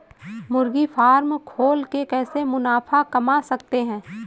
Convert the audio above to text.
मुर्गी फार्म खोल के कैसे मुनाफा कमा सकते हैं?